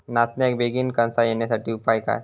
नाचण्याक बेगीन कणसा येण्यासाठी उपाय काय?